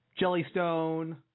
Jellystone